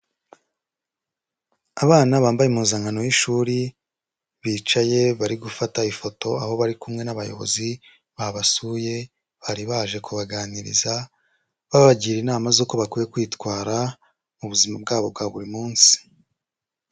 Abana bambaye impuzankano y'ishuri, bicaye bari gufata ifoto aho bari kumwe n'abayobozi babasuye, bari baje kubaganiriza babagira inama z'uko bakwiye kwitwara mu buzima bwabo bwa buri munsi.